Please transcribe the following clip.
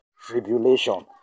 tribulation